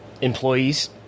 Employees